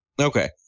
Okay